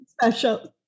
special